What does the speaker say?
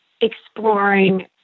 exploring